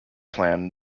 plan